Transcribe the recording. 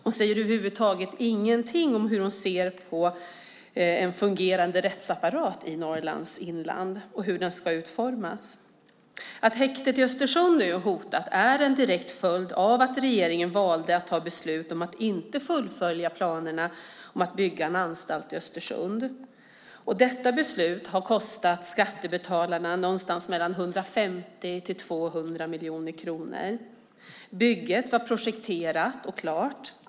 Hon säger över huvud taget ingenting om hur hon ser på en fungerande rättsapparat i Norrlands inland och hur den ska utformas. Att häktet i Östersund är hotat är en direkt följd av att regeringen valde att ta beslut om att inte fullfölja planerna på att bygga en anstalt i Östersund. Detta beslut har kostat skattebetalarna någonstans mellan 150 och 200 miljoner kronor. Bygget var projekterat och klart.